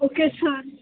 okay sir